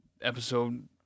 episode